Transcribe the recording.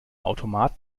automat